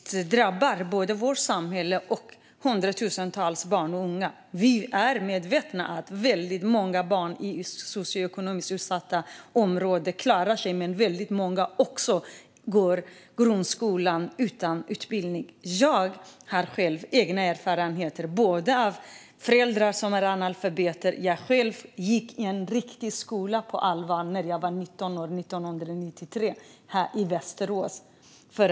De drabbar både vårt samhälle och hundratusentals barn och unga. Vi är medvetna om att väldigt många barn i socioekonomiskt utsatta områden klarar sig. Men väldigt många går också ut grundskolan utan en god utbildning. Jag har själv egna erfarenheter av föräldrar som är analfabeter. Jag själv gick i en riktig skola på allvar när jag var 19 år 1993 i Västerås.